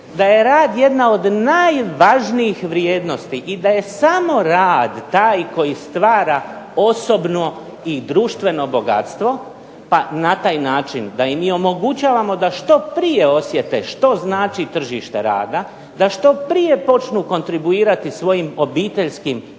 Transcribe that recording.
da je rad jedna od najvažnijih vrijednosti i da je samo rad taj koji stvara osobno i društveno bogatstvo pa na taj način da im i omogućavamo da što prije osjete što znači tržište rada, da što prije počnu kontribuirati svojim obiteljskim